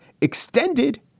extended